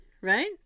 Right